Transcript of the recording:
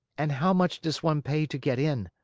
and how much does one pay to get in?